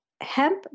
Hemp